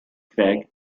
craig